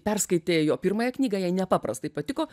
perskaitė jo pirmąją knygą jai nepaprastai patiko